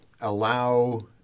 allow